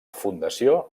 fundació